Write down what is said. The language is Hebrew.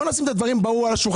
בוא נשים את הדברים על השולחן.